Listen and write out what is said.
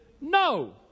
no